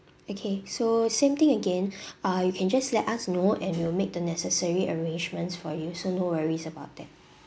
okay so same thing again ah you can just let us know and we'll make the necessary arrangements for you so no worries about that